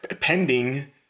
pending